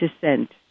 descent